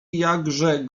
jakże